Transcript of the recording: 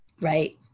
Right